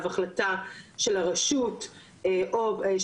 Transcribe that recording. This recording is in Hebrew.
או שניתן לגביה פסק דין חלוט בתקופת ההתארגנות,